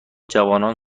جوانان